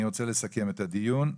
אני רוצה לסכם את הדיון.